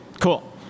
cool